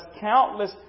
countless